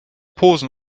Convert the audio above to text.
posen